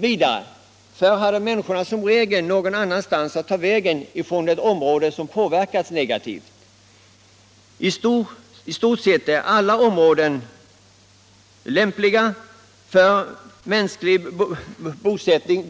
Vidare hade människorna förr som regel någon annanstans att ta vägen från det område som man påverkat negativt. I dag är i stort sett alla områden lämpliga för mänsklig bosättning